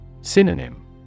Synonym